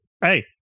Hey